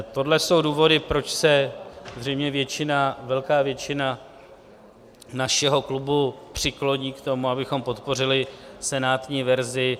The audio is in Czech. Tohle jsou důvody, proč se zřejmě velká většina našeho klubu přikloní k tomu, abychom podpořili senátní verzi.